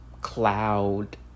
Cloud